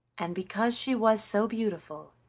and because she was so beautiful,